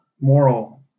moral